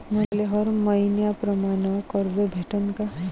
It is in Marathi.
मले हर मईन्याप्रमाणं कर्ज भेटन का?